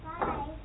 Bye